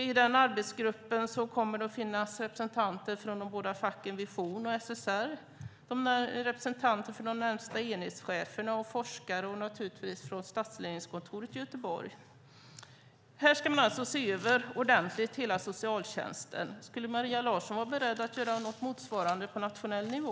I denna arbetsgrupp kommer det att finnas representanter från de båda facken Vision och SSR, representanter för de närmaste enhetscheferna, forskare och naturligtvis representanter för stadsledningskontoret i Göteborg. Här ska man alltså ordentligt se över hela socialtjänsten. Skulle Maria Larsson vara beredd att göra något motsvarande på nationell nivå?